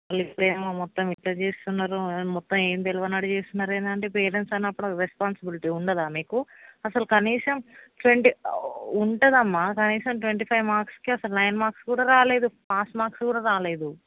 మళ్ళీ ఇప్పుడేమో మొత్తం ఇట్లా చేస్తున్నారు మొత్తం ఏం తెలియనట్టు చేస్తున్నారు ఏంటండి పేరెంట్స్ అన్నప్పుడు రెస్పాన్సిబిలిటీ ఉండదా మీకు అసలు కనీసం ట్వంటీ ఉంటుందమ్మా కనీసం ట్వంటీ ఫైవ్ మార్క్స్కి అసల నైన్ మార్క్స్ కూడా రాలేదు పాస్ మార్క్స్ కూడా రాలేదు